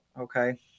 okay